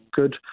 good